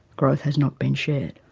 growth has not been shared.